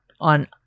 on